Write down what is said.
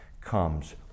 comes